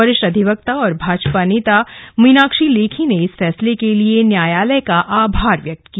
वरिष्ठ अधिवक्ता और भाजपा नेता मीनाक्षी लेखी ने इस फैसले के लिए न्यायालय का आभार व्यक्त किया